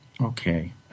Okay